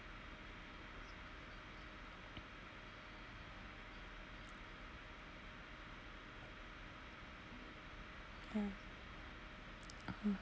mm